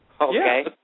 Okay